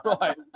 right